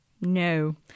No